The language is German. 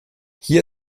hier